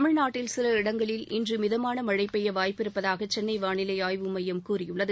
தமிழ்நாட்டில் சில இடங்களில் இன்று மிதமான மழை பெய்ய வாய்ப்பிருப்பதாக சென்னை வானிலை ஆய்வு மையம் கூறியுள்ளது